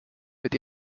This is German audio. mit